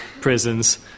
prisons